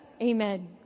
amen